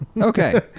Okay